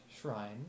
shrine